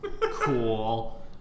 Cool